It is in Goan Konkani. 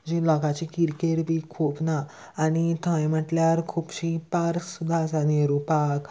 जी लोकाची किरकीर बी खूब ना आनी थंय म्हटल्यार खुबशी पार्क सुद्दां आसा नेहरू पार्क